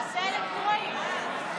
נעשה אלקטרונית.